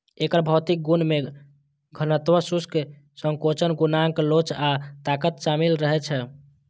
एकर भौतिक गुण मे घनत्व, शुष्क संकोचन गुणांक लोच आ ताकत शामिल रहै छै